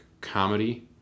comedy